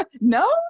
no